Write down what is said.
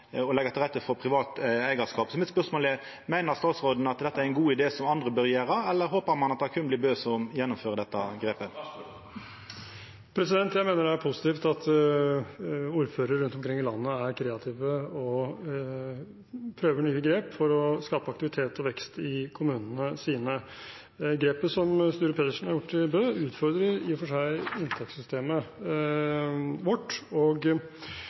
til rette for privat eigarskap. Så mitt spørsmål er: Meiner statsråden at dette er ein god idé, noko som andre bør gjera, eller håper ein at det berre blir Bø som gjennomfører dette? Jeg mener det er positivt at ordførere rundt omkring i landet er kreative og prøver nye grep for å skape aktivitet og vekst i kommunene sine. Grepet som Sture Pedersen har gjort i Bø, utfordrer i og for seg inntektssystemet vårt. Dette systemet har ligget fast i lang tid, og